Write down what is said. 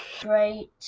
great